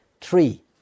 Three